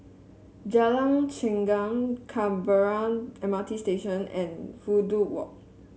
Jalan Chengam Canberra M R T Station and Fudu Walk